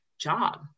job